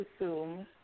assume